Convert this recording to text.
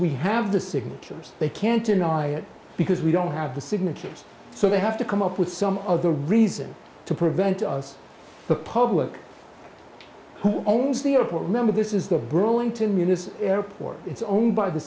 we have the signatures they can't deny it because we don't have the signatures so they have to come up with some of the reason to prevent us the public who owns the airport remember this is the burlington munis airport it's owned by the